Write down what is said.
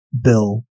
Bill